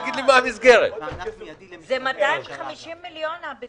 הביטחון התזונתי בשנה שעברה היה 250 מיליון שקל.